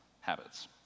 habits